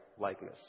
likeness